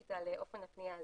ספציפית על אופן הפנייה הזה.